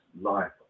life